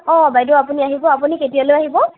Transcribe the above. অ বাইদেউ আপুনি আহিব আপুনি কেতিয়ালৈ আহিব